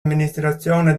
amministrazione